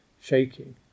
shaking